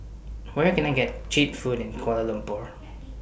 Where Can I get Cheap Food in Kuala Lumpur